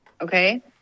okay